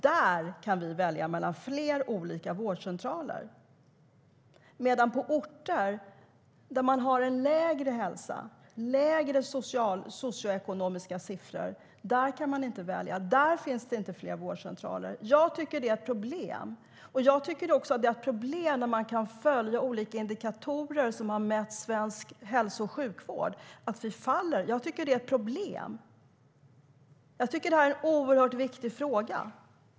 Där kan man välja mellan flera vårdcentraler medan man på orter med en sämre hälsa och lägre socioekonomisk standard inte kan välja. Där finns det inte flera vårdcentraler. Det tycker jag är ett problem. Jag tycker också att det är ett problem att olika indikatorer som har mätt svensk hälso och sjukvård visar att vi faller. Det här är en oerhört viktig fråga.